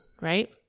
right